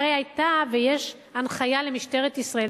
הרי היתה ויש הנחיה למשטרת ישראל,